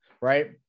Right